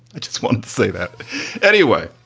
i just want to say that anyway.